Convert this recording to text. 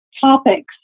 topics